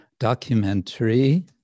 documentary